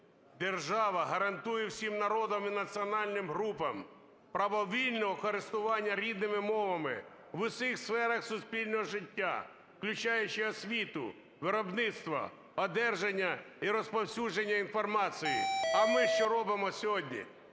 "…держава гарантує всім народам і національним групам право вільного користування рідними мовами в усіх сферах суспільного життя, включаючи освіту, виробництво, одержання і розповсюдження інформації". А ми що робимо сьогодні,